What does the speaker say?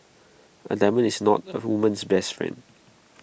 A diamond is not A woman's best friend